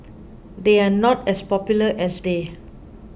they are not as popular as they